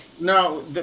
Now